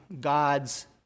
God's